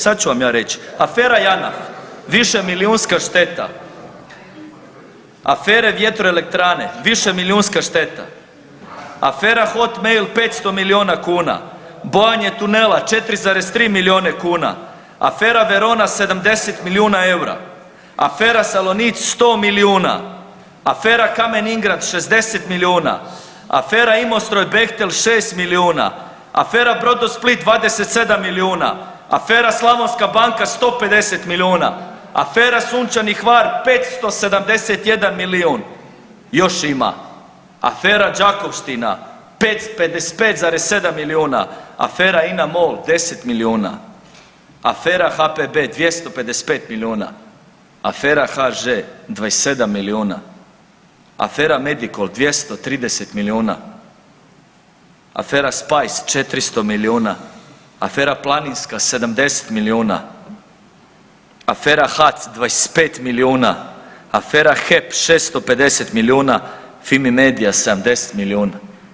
Sad ću vam ja reć, afera Janaf, višemilijunska šteta, afere vjetroelektrane, višemilijunska šteta, afera hot mail 500 milijuna kuna, bojanje tunela 4,3 milijuna kuna, afera Verona 70 milijuna eura, afera Salonit 100 milijuna afera Kamen Ingrad 60 milijuna, afera Imostroj Bechtel 6 milijuna, afera Brodosplit 27 milijuna, afera Slavonska banka 150 milijuna, afera Sunčani Hvar 571 milijun, još ima, afera Đakovština 555,7 milijuna, afera INA MOL 10 milijuna, afera HPB 255 milijuna, afera HŽ 27 milijuna, afera Medicol 230 milijuna, afera Spice 400 milijuna, afera Planinska 70 milijuna, afera HAC 25 milijuna, afera HEP 650 milijuna, FIMI mediji 70 milijuna.